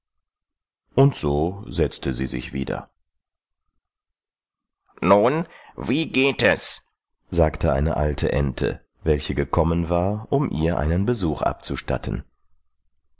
und so setzte sie sich wieder nun wie geht es sagte eine alte ente welche gekommen war um ihr einen besuch abzustatten